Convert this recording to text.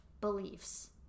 beliefs